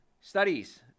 studies